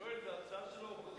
יואל, זה הצעה של האופוזיציה.